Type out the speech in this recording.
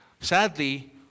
sadly